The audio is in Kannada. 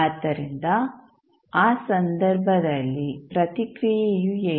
ಆದ್ದರಿಂದ ಆ ಸಂದರ್ಭದಲ್ಲಿ ಪ್ರತಿಕ್ರಿಯೆಯು ಏನು